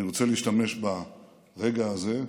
אני רוצה להשתמש ברגע הזה,